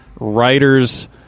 writers